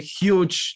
huge